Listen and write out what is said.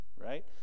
right